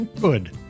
good